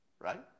right